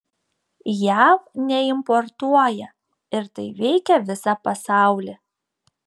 jav neimportuoja ir tai veikia visą pasaulį